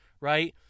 right